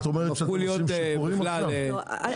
הם הפכו להיות בכלל מבוהלים.